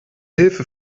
hilfe